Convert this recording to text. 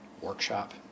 workshop